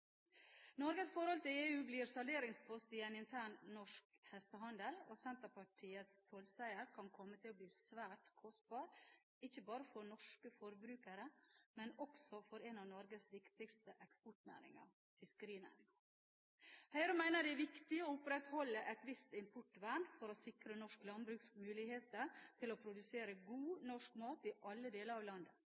Norges forhold til EU blir salderingspost i en intern, norsk hestehandel, og Senterpartiets tollseier kan komme til å bli svært kostbar, ikke bare for norske forbrukere, men også for en av Norges viktigste eksportnæringer – fiskerinæringen. Høyre mener det er viktig å opprettholde et visst importvern for å sikre norsk landbruks muligheter til å produsere god norsk mat i alle deler av landet.